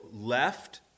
left